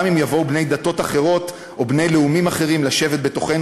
גם אם יבואו בני דתות אחרות או בני לאומים אחרים לשבת בתוכנו,